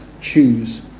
choose